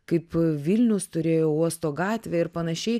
kaip vilnius turėjo uosto gatvę ir panašiai